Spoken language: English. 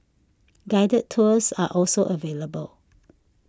guided tours are also available